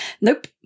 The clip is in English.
Nope